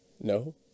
no